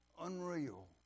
Unreal